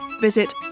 visit